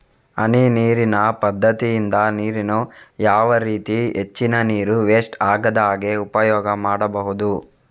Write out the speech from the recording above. ಹನಿ ನೀರಿನ ಪದ್ಧತಿಯಿಂದ ನೀರಿನ್ನು ಯಾವ ರೀತಿ ಹೆಚ್ಚಿನ ನೀರು ವೆಸ್ಟ್ ಆಗದಾಗೆ ಉಪಯೋಗ ಮಾಡ್ಬಹುದು?